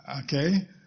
okay